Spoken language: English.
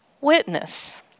witness